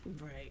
Right